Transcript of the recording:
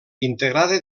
integrada